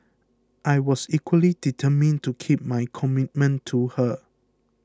I was equally determined to keep my commitment to her